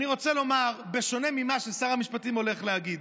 אני רוצה לומר, בשונה ממה ששר המשפטים הולך להגיד: